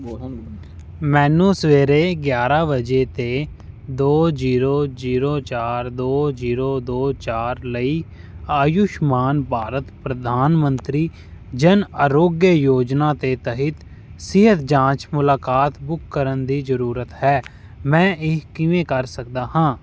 ਮੈਨੂੰ ਸਵੇਰੇ ਗਿਆਰ੍ਹਾਂ ਵਜੇ 'ਤੇ ਦੋ ਜ਼ੀਰੋ ਜ਼ੀਰੋ ਚਾਰ ਦੋ ਜ਼ੀਰੋ ਦੋ ਚਾਰ ਲਈ ਆਯੁਸ਼ਮਾਨ ਭਾਰਤ ਪ੍ਰਧਾਨ ਮੰਤਰੀ ਜਨ ਆਰੋਗਯ ਯੋਜਨਾ ਦੇ ਤਹਿਤ ਸਿਹਤ ਜਾਂਚ ਮੁਲਾਕਾਤ ਬੁੱਕ ਕਰਨ ਦੀ ਜ਼ਰੂਰਤ ਹੈ ਮੈਂ ਇਹ ਕਿਵੇਂ ਕਰ ਸਕਦਾ ਹਾਂ